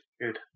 good